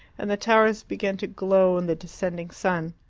and the towers began to glow in the descending sun.